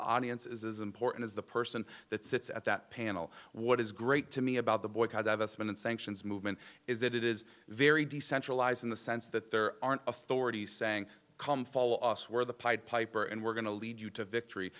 the audience is as important as the person that sits at that panel what is great to me about the boycott divestment and sanctions movement is that it is very decentralized in the sense that there aren't authorities saying come fall us where the pied piper and we're going to lead you to victory